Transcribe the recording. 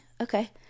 okay